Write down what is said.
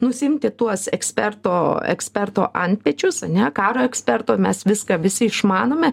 nusiimti tuos eksperto eksperto antpečius ane karo eksperto mes viską visi išmanome